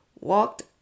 walked